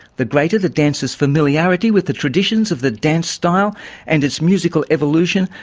the greater the dancer's familiarity with the traditions of the dance style and its musical evolution,